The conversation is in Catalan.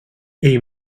ell